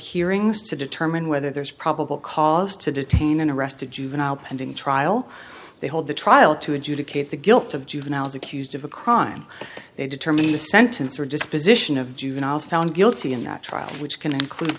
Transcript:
hearings to determine whether there's probable cause to detain and arrest a juvenile pending trial they hold the trial to adjudicate the guilt of juveniles accused of a crime they determine the sentence or disposition of juveniles found guilty in that trial which can include